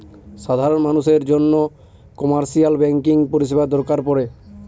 সাধারন মানুষের জন্য কমার্শিয়াল ব্যাঙ্কিং পরিষেবা দরকার পরে